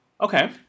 Okay